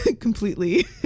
completely